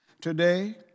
Today